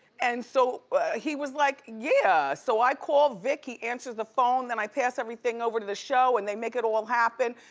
and so he was like, yeah. so i call vick, he answers the phone, then i pass everything over to the show and they make it all happen.